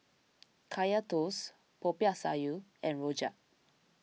Kaya Toast Popiah Sayur and Rojak